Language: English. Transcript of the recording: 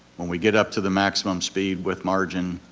when we get up to the maximum speed with margin,